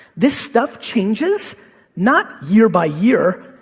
this stuff changes not year by year.